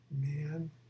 Man